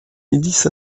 milice